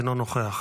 אינו נוכח,